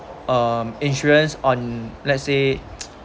um insurance on let's say